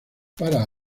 para